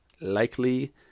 likely